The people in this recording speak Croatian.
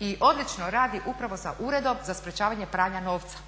i odlično radi upravo sa Uredom za sprečavanje pranja novca.